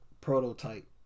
Prototype